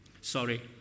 Sorry